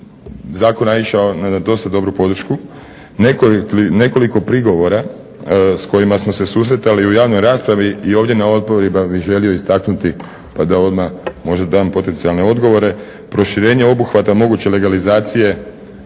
zakon naišao na dosta dobru podršku, nekoliko prigovora s kojima smo se susretali u javnoj raspravi i ovdje na odboru pa bi želio istaknuti, pa da odmah možda dam potencijalne odgovore. Proširenje obuhvata moguće legalizacije